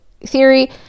theory